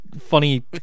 funny